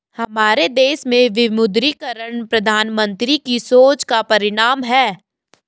हमारे देश में विमुद्रीकरण प्रधानमन्त्री की सोच का परिणाम है